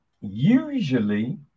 Usually